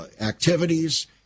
activities